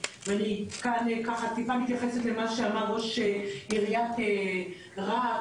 ואני מתייחסת למה שאמר ראש עיריית רהט